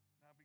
Now